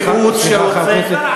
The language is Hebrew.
מיעוט שרוצה,